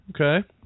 Okay